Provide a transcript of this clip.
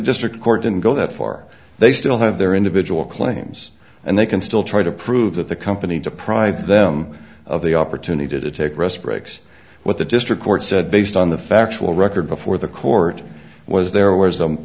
district court didn't go that far they still have their individual claims and they can still try to prove that the company deprived them of the opportunity to take rest breaks what the district court said based on the factual record before the court was there was